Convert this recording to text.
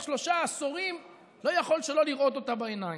שלושה עשורים לא יכול שלא לראות אותה בעיניים.